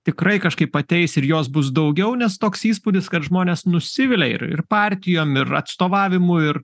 tikrai kažkaip ateis ir jos bus daugiau nes toks įspūdis kad žmonės nusivilia ir ir partijom ir atstovavimu ir